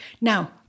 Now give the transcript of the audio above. Now